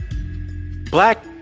Black